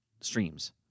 streams